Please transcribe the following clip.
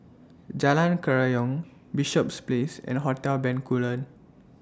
Jalan Kerayong Bishops Place and Hotel Bencoolen